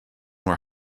were